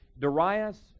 Darius